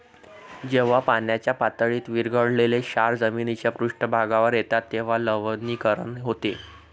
जेव्हा पाण्याच्या पातळीत विरघळलेले क्षार जमिनीच्या पृष्ठभागावर येतात तेव्हा लवणीकरण होते